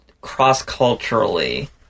cross-culturally